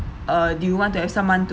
uh do you want to have someone